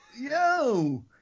yo